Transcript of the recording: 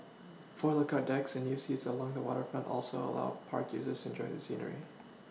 four lookout decks and new seats along the waterfront also allow park users enjoy the scenery